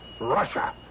Russia